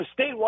statewide